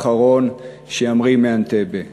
האחרון שימריא מאנטבה.